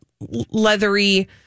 leathery